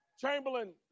Chamberlain